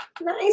Nice